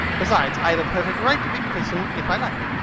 besides, i have a perfect right to be christened if i like.